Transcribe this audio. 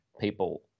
people